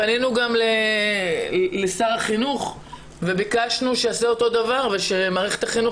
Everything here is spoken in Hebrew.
פנינו גם לשר החינוך וביקשנו שיעשה אותו דבר ושמערכת החינוך